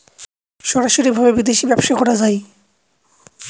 সরাসরি ভাবে বিদেশী ব্যবসা করা যায়